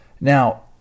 Now